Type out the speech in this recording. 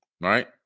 Right